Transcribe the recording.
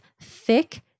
thick